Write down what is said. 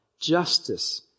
justice